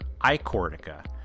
iCortica